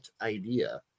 idea